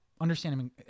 understanding